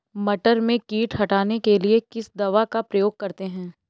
मटर में कीट हटाने के लिए किस दवा का प्रयोग करते हैं?